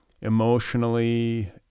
emotionally